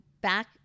back